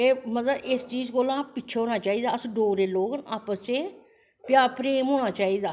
मतलव इस चीज़ चा दा पिच्छें होना चाही दा अस डोगरे लोग आं प्यार प्रेम होनां चाही दा